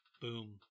boom